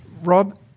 Rob